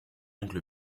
oncle